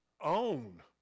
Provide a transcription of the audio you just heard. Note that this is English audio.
own